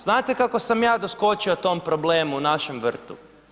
Znate kako sam ja doskočio tom problemu u našem vrtu?